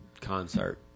concert